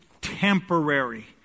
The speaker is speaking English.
temporary